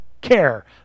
care